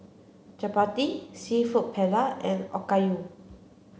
Chapati Seafood Paella and Okayu